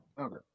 Okay